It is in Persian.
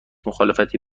مخالفتی